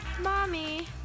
Mommy